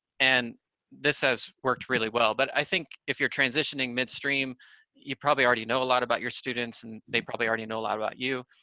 and this has worked really well, but i think if you're transitioning midstream you probably already know a lot about your students, and they probably already know a lot about you,